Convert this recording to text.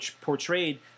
portrayed